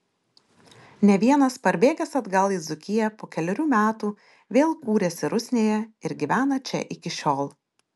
ne vienas parbėgęs atgal į dzūkiją po kelerių metų vėl kūrėsi rusnėje ir gyvena čia iki šiol